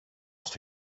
στο